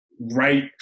right